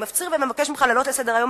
אני מפציר ומבקש ממך להעלות לסדר-היום